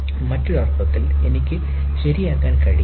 മറ്റൊരു അർത്ഥത്തിൽ എനിക്ക് ശരിയാക്കാൻ കഴിയില്ല